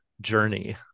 journey